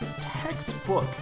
Textbook